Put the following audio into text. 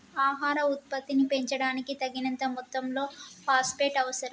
ఆహార ఉత్పత్తిని పెంచడానికి, తగినంత మొత్తంలో ఫాస్ఫేట్ అవసరం